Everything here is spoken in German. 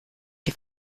die